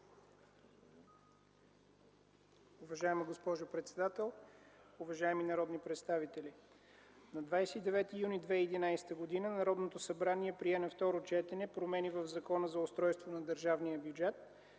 Уважаема госпожо председател, уважаеми народни представители! На 29 юни 2011 г. Народното събрание прие на второ четене промени в Закона за устройство на държавния бюджет,